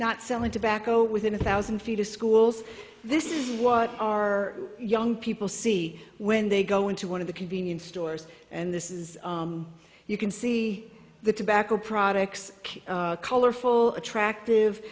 not selling tobacco within a thousand feet of schools this is what our young people see when they go into one of the convenience stores and this is you can see the tobacco products colorful attractive